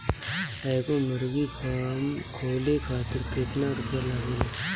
एगो मुर्गी फाम खोले खातिर केतना रुपया लागेला?